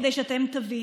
כדי שאתם תבינו.